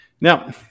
now